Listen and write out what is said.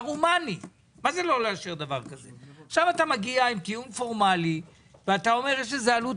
עכשיו אתה מגיע ואומר שיש לזה עלות